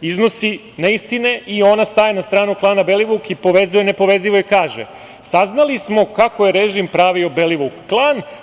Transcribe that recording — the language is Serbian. iznosi neistine i ona staje na stranu klana Belivuk i povezuje nepovezivo i kaže: „Saznali smo kako je režim pravio Belivuk klan.